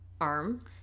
arm